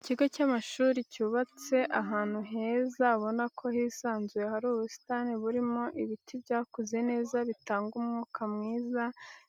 Ikigo cy'amashuri cyubatse ahantu heza, ubona ko hisanzuye hari ubusitani burimo ibiti byakuze neza bitanga umwuka mwiza